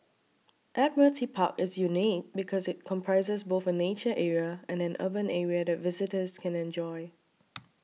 Admiralty Park is unique because it comprises both a nature area and an urban area that visitors can enjoy